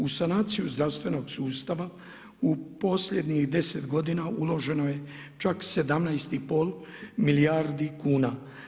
U sanaciji zdravstvenog sustava u posljednjih 10 godina uloženo je čak 17 i pol milijardi kuna.